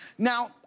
now,